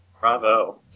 Bravo